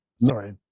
Sorry